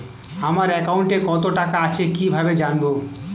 আমার একাউন্টে টাকা কত আছে কি ভাবে জানবো?